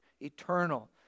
eternal